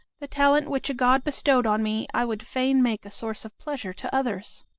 the talent which a god bestowed on me, i would fain make a source of pleasure to others.